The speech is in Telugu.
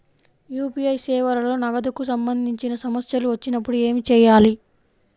యూ.పీ.ఐ సేవలలో నగదుకు సంబంధించిన సమస్యలు వచ్చినప్పుడు ఏమి చేయాలి?